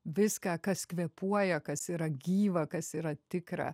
viską kas kvėpuoja kas yra gyva kas yra tikra